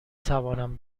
توانم